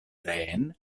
reen